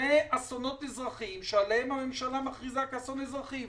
לאסונות אזרחיים שעליהם הממשלה מכריזה כאסון אזרחי.